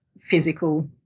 physical